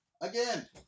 again